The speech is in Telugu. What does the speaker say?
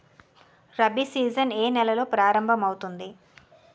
రబి సీజన్ ఏ నెలలో ప్రారంభమౌతుంది?